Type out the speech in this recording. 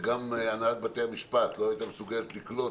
וגם הנהלת בתי-המשפט לא הייתה מסוגלת לקלוט